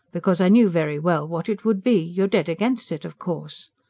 because i knew very well what it would be. you dead against it, of course!